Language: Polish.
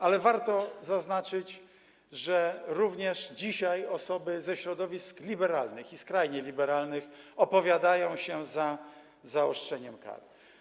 A warto zaznaczyć, że dzisiaj także osoby ze środowisk liberalnych i skrajnie liberalnych opowiadają się za zaostrzeniem kar.